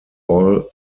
all